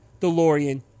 delorean